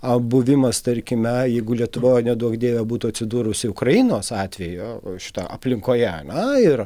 buvimas tarkime jeigu lietuvoje neduok dieve būtų atsidūrusi ukrainos atveju šita aplinkoje ane ir